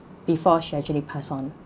before she actually pass on